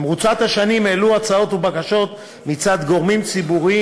במרוצת השנים הועלו הצעות ובקשות מצד גורמים ציבוריים